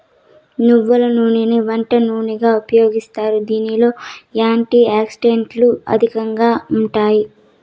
నువ్వుల నూనెని వంట నూనెగా ఉపయోగిస్తారు, దీనిలో యాంటీ ఆక్సిడెంట్లు అధికంగా ఉంటాయి